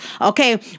Okay